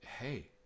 hey